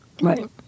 Right